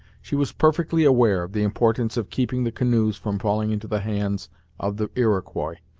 she was perfectly aware of the importance of keeping the canoes from falling into the hands of the iroquois,